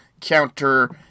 counter